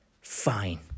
fine